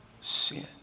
sin